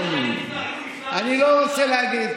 אני לא רוצה להגיד,